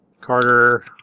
Carter